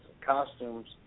costumes